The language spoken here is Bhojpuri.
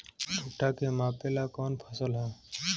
भूट्टा के मापे ला कवन फसल ह?